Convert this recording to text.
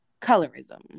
colorism